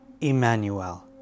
Emmanuel